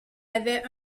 avait